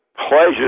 pleasure